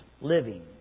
living